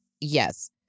Yes